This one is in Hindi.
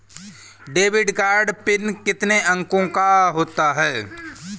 डेबिट कार्ड पिन कितने अंकों का होता है?